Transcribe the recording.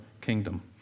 kingdom